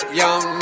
young